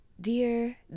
Dear